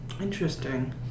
interesting